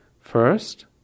First